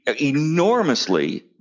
enormously